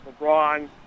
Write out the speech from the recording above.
LeBron